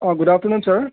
অঁ good afternoon sir